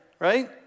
right